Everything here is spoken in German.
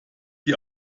die